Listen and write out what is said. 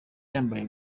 yambaye